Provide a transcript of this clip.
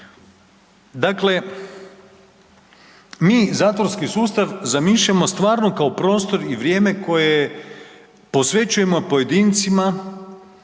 Dakle, mi zatvorski sustav zamišljamo stvarno kao prostor i vrijeme koje posvećujemo pojedincima